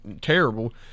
terrible